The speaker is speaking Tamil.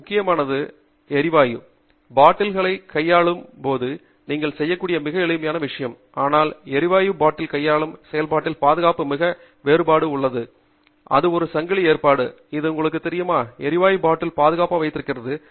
எனவே மிக முக்கியமானது நீங்கள் எரிவாயு பாட்டில்களை கையாளும் போது நீங்கள் செய்யக்கூடிய மிக எளிய விஷயம் ஆனால் எரிவாயு பாட்டில் கையாளும் செயல்பாட்டில் பாதுகாப்புக்கு மிகப்பெரிய வேறுபாடு உள்ளது இது ஒரு சங்கிலி ஏற்பாடு இது உங்களுக்கு தெரியுமா எரிவாயு பாட்டில் பாதுகாப்பாக வைத்திருக்கிறது